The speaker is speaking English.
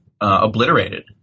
obliterated